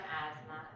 asthma